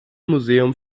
museum